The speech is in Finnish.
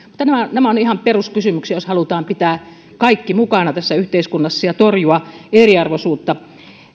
mutta nämä ovat ihan peruskysymyksiä jos halutaan pitää kaikki mukana tässä yhteiskunnassa ja torjua eriarvoisuutta